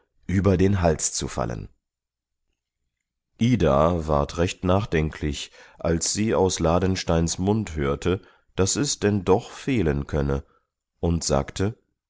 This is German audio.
über den hals zu fallen ida ward recht nachdenklich als sie aus ladensteins mund hörte daß es denn doch fehlen könne und sagte